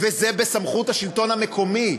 וזה בסמכות השלטון המקומי.